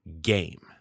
game